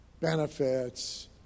benefits